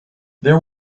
there